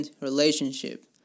relationship